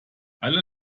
alle